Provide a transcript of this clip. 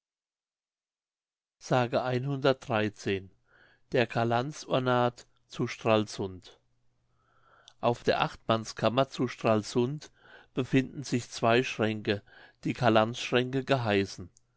der calands ornat zu stralsund auf der achtmanns kammer zu stralsund befinden sich zwei schränke die calandsschränke geheißen